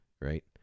right